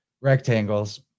rectangles